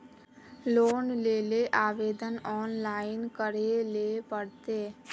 Loan लेले आवेदन online करे ले पड़ते?